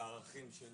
לערכים של